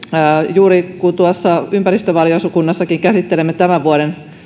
juuri kun tuolla ympäristövaliokunnassakin käsittelemme tämän vuoden